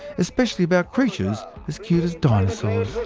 especially about creatures as cute as dinosaurs?